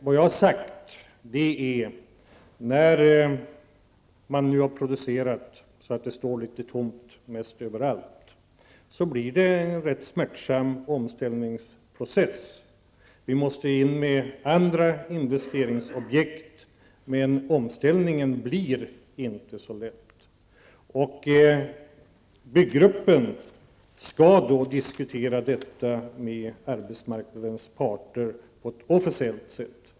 Vad jag har sagt är att det, när man nu har producerat bostäder så att det står litet tomt mest överallt, blir fråga om en rätt smärtsam omställningsprocess. Vi måste in med andra investeringsobjekt, men omställningen blir inte så lätt. Byggruppen skall diskutera detta med arbetsmarknadens parter på ett offensivt sätt.